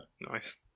Nice